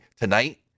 tonight